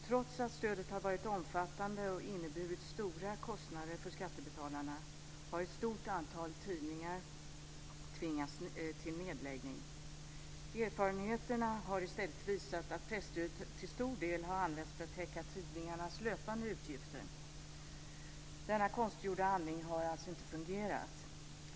Trots att stödet har varit omfattande och inneburit stora kostnader för skattebetalarna, har ett stort antal tidningar tvingats till nedläggning. Erfarenheterna har visat att presstödet till stor del har använts för att täcka tidningarnas löpande utgifter. Denna konstgjorda andning har alltså inte fungerat.